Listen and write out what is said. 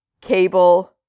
Cable